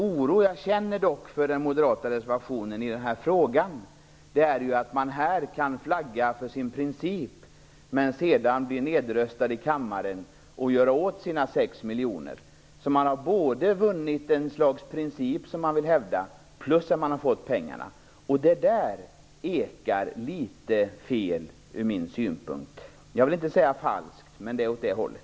Jag känner dock en oro inför den moderata reservationen i denna fråga. Här kan man flagga för sin princip men sedan bli nerröstad i kammaren och göra av med sina 6 miljoner. Man har vunnit i fråga om en princip som man vill hävda, men man har också fått pengarna. Det ekar litet fel ur min synpunkt; jag vill inte säga falskt, men det är åt det hållet.